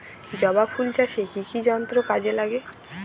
জবা ফুল চাষে কি কি যন্ত্র কাজে লাগে?